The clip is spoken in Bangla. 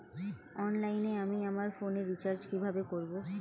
অনলাইনে আমি আমার ফোনে রিচার্জ কিভাবে করব?